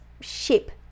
ship